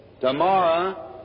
Tomorrow